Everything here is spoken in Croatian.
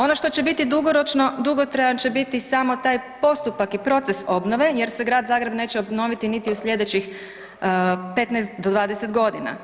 Ono što će biti dugoročno, dugotrajan će biti samo taj postupak i proces obnove jer se Grad Zagreb neće obnoviti niti u sljedećih 15 do 20 godina.